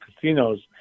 casinos